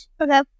okay